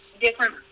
different